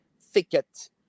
thicket